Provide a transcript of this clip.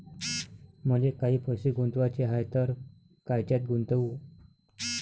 मले काही पैसे गुंतवाचे हाय तर कायच्यात गुंतवू?